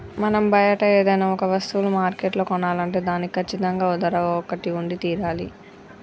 మనం బయట ఏదైనా ఒక వస్తువులు మార్కెట్లో కొనాలంటే దానికి కచ్చితంగా ఓ ధర ఒకటి ఉండి తీరాలి